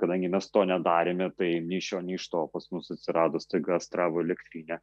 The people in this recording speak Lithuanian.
kadangi mes to nedarėme tai nei iš šio nei iš to pas mus atsirado staiga astravo elektrinė